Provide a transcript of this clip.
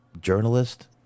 journalist